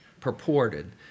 purported